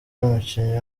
umukinnyi